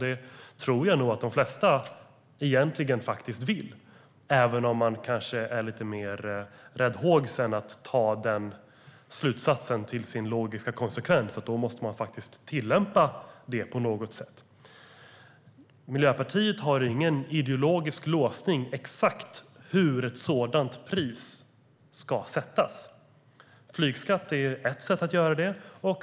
Det tror jag nog att de flesta egentligen vill, även om man kanske är lite räddhågsen att ta den logiska konsekvensen av den slutsatsen och faktiskt tillämpa detta på något sätt. Miljöpartiet har ingen ideologisk låsning när det gäller exakt hur ett sådant pris ska sättas. Flygskatt är ett sätt att göra det.